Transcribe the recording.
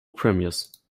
premiers